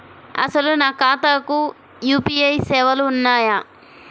అసలు నా ఖాతాకు యూ.పీ.ఐ సేవలు ఉన్నాయా?